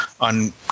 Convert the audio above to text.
on